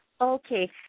Okay